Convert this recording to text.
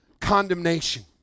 condemnation